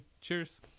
Cheers